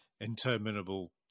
interminable